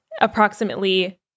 approximately